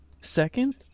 second